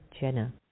Jenna